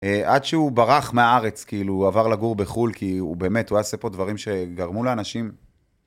עד שהוא ברח מהארץ, כאילו הוא עבר לגור בחול, כי הוא באמת, הוא עשה פה דברים שגרמו לאנשים.